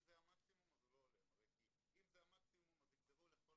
זה המקסימום אז זה לא הולם, יגזרו לכל